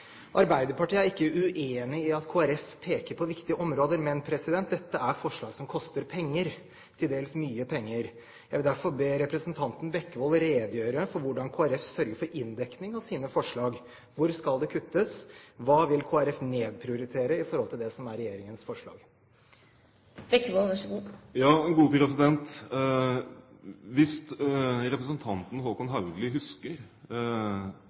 Arbeiderpartiet er ikke uenig i at Kristelig Folkeparti peker på viktige områder, men dette er forslag som koster penger, til dels mye penger. Jeg vil derfor be representanten Bekkevold redegjøre for hvordan Kristelig Folkeparti sørger for inndekning for sine forslag. Hvor skal det kuttes? Hva vil Kristelig Folkeparti nedprioritere i forhold til det som er regjeringens forslag?